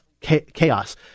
chaos